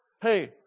Hey